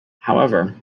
however